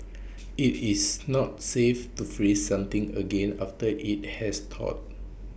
IT is not safe to freeze something again after IT has thawed